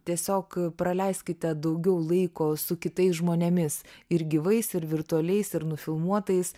tiesiog praleiskite daugiau laiko su kitais žmonėmis ir gyvais ir virtualiais ir nufilmuotais